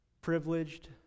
Privileged